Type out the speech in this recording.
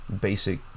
basic